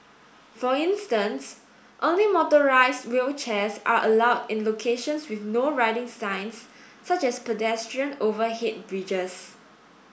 for instance only motorised wheelchairs are allowed in locations with No Riding signs such as pedestrian overhead bridges